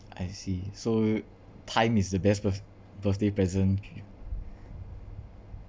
I see so time is the best birth~ birthday present